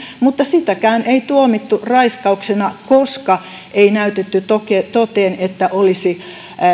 mutta sitäkään ei tuomittu raiskauksena koska ei näytetty toteen toteen että olisi